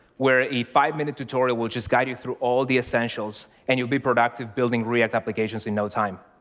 where a five-minute tutorial will just guide you through all the essentials. and you'll be productive building react applications in no time.